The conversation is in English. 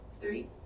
Three